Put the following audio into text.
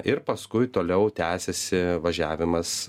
ir paskui toliau tęsėsi važiavimas